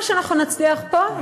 מה שאנחנו נצליח פה,